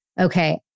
okay